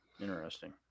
Interesting